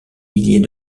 milliers